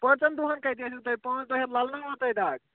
پانٛژَن دۄہَن کَتہِ ٲسِو تُہۍ پانٛژھ دۄہ ہٮ۪تھ لَلناون تۄہہِ دَگ